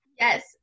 Yes